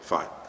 Fine